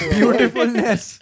Beautifulness